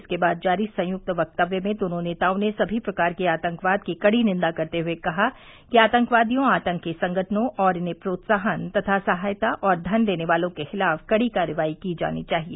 इसके बाद जारी संयुक्त वक्तव्य में दोनों नेताओं ने सभी प्रकार के आतंकवाद की कड़ी निन्दा करते हुए कहा कि आतंकवादियों आतंकी संगठनों और इन्हें प्रोत्साहन सहायता तथा धन देने वालों के खिलाफ कड़ी कार्रवाई की जानी चाहिए